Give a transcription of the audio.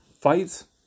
fights